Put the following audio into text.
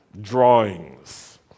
drawings